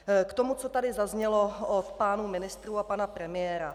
K tomu, co tady zaznělo od pánů ministrů a pana premiéra.